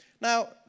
Now